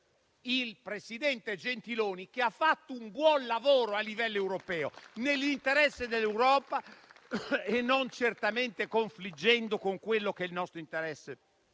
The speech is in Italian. il presidente Gentiloni, che ha fatto un buon lavoro a livello europeo nell'interesse dell'Europa, certamente non confliggendo con il nostro interesse